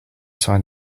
sign